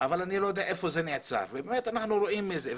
אבל אני לא יודע איפה זה ייעצר ובאמת אנחנו רואים את זה.